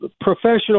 professional